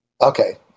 Okay